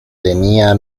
tenía